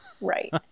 right